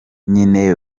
nyene